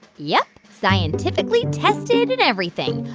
yep. scientifically tested and everything.